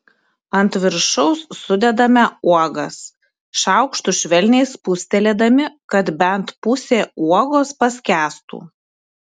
ant viršaus sudedame uogas šaukštu švelniai spustelėdami kad bent pusė uogos paskęstų